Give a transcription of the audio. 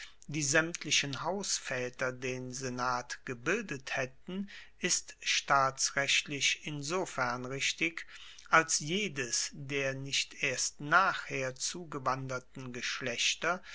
die saemtlichen hausvaeter den senat gebildet haetten ist staatsrechtlich insofern richtig als jedes der nicht erst nachher zugewanderten geschlechter